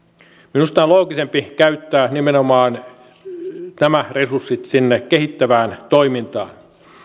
minusta on loogisempi käyttää nimenomaan nämä resurssit kehittävään toimintaan